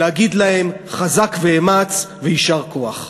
להגיד להם: חזק ואמץ ויישר כוח.